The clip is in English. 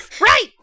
Right